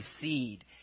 seed